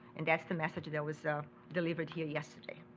and that's the message that was so delivered here yesterday.